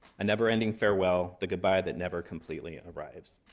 a never ending farewell, the goodbye that never completely arrives.